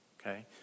okay